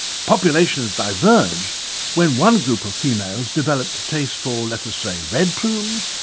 populations diverge when one group of females developed a taste for, let us say, red plumes,